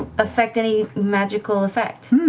affect any magical effect.